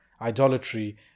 idolatry